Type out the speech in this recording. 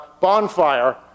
bonfire